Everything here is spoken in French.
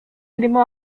éléments